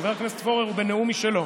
חבר הכנסת פורר בנאום שלו.